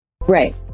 Right